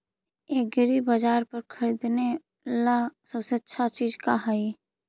एग्रीबाजार पर खरीदने ला सबसे अच्छा चीज का हई?